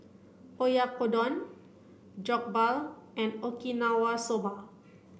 Oyakodon Jokbal and Okinawa Soba